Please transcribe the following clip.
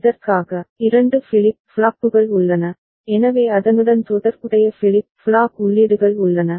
இதற்காக 2 ஃபிளிப் ஃப்ளாப்புகள் உள்ளன எனவே அதனுடன் தொடர்புடைய ஃபிளிப் ஃப்ளாப் உள்ளீடுகள் உள்ளன